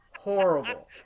horrible